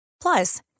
Plus